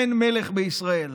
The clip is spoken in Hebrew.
אין מלך בישראל,